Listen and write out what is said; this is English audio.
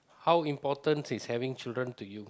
how important is having children to you